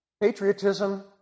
Patriotism